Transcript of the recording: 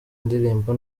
ndirimbo